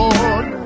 Lord